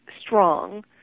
strong